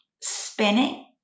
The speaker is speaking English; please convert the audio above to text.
spinning